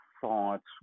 thoughts